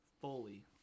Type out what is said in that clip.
fully